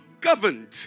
governed